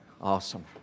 Awesome